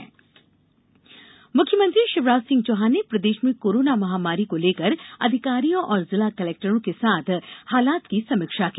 मुख्यमंत्री समीक्षा मुख्यमंत्री शिवराज सिंह चौहान ने प्रदेश में कोरोना महामारी को लेकर अधिकारियों और जिला कलेक्टरों के साथ हालात की समीक्षा की